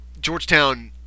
Georgetown